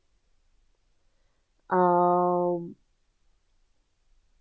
um